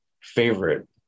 favorite